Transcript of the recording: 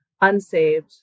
unsaved